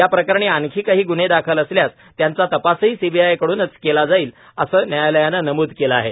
या प्रकरणी आणखी काही ग्न्हे दाखल असल्यास त्यांचा तपासही सीबीआयकड्नच केला जाईल असं न्यायालयानं नमूद केलं आहे